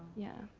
yeah.